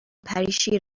پریشی